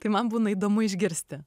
tai man būna įdomu išgirsti